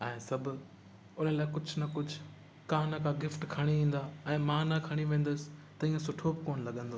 ऐं सभ उन लाइ कुझ न कुझ का न का गिफ्ट खणी ईंदा ऐं मां न खणी वेंदुसि त ईअं सुठो बि कोन लॻंदो